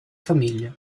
famiglie